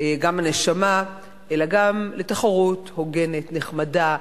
וגם הנשמה אלא גם לתחרות הוגנת, נחמדה,